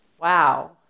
wow